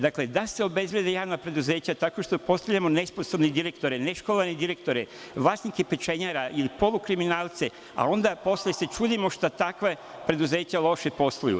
Dakle, da se obezvrede javna preduzeća tako što postavljamo nesposobne direktore, neškolovane direktore, vlasnike pečenjara i polukriminalce, a onda se posle čudimo što takva preduzeća loše posluju.